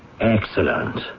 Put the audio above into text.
Excellent